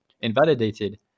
invalidated